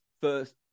first